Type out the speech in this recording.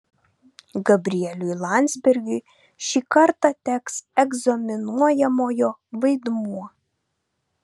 gabrieliui landsbergiui šį kartą teks egzaminuojamojo vaidmuo